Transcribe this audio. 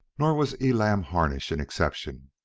nor was elam harnish an exception.